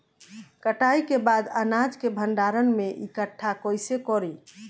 कटाई के बाद अनाज के भंडारण में इकठ्ठा कइसे करी?